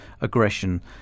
aggression